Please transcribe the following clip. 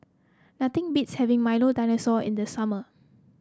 nothing beats having Milo Dinosaur in the summer